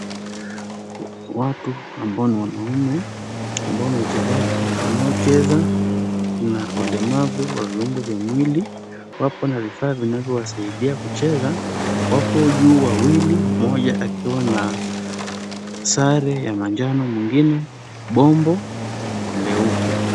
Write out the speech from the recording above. Watu ambao ni wanaume ambao ni wachezaji, wanaocheza na ulemavu wa viungo vya mwili. Wapo na vifaa vinavyowasaidia kucheza. Wapo juu wawili mmoja akiwa na sare ya manjano, mwingine bombo leupe.